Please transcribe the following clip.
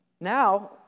Now